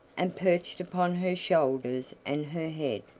and perched upon her shoulders and her head.